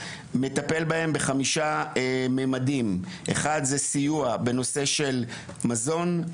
מטפל בהם בחמישה ממדים: סיוע בנושא של מזון,